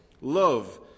love